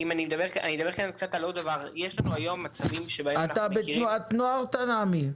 אתה בתנועת נוער, תנעמי?